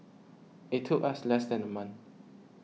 it took us less than a month